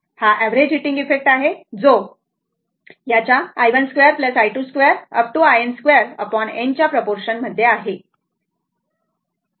हा average heating effect आहे जो i1 2 i22 - in2 n च्या प्रपोर्शन मध्ये आहे बरोबर तर मला ते क्लिअर करून द्या